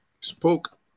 spoke